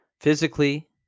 Physically